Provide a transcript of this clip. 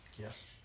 yes